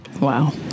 Wow